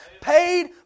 Paid